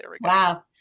Wow